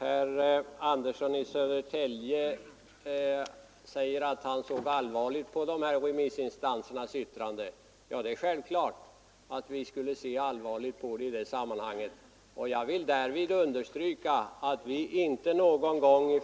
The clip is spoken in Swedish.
Herr Andersson i Södertälje säger att han tog allvarligt på dessa remissinstansers yttrande. Det är självklart att vi skulle se allvarligt på dem, och jag vill understryka att centerpartiet inte någon gång